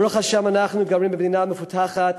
ברוך השם אנחנו גרים במדינה מפותחת,